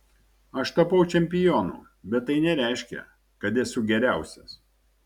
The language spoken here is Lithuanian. aš tapau čempionu bet tai nereiškia kad esu geriausias